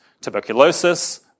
tuberculosis